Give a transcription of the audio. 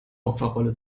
opferrolle